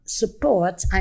supports